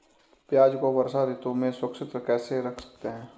प्याज़ को वर्षा ऋतु में सुरक्षित कैसे रख सकते हैं?